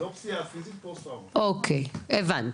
אוקיי, הבנתי.